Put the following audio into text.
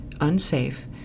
unsafe